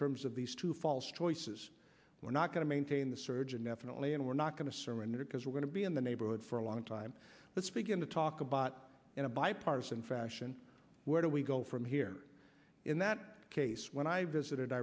terms of these two false choices we're not going to maintain the surgeon definitely and we're not going to surrender because we're going to be in the neighborhood for a long time let's begin to talk about in a bipartisan fashion where do we go from here in that case when i visited